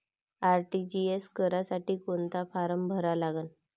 RTGS करासाठी कोंता form भरा लागन?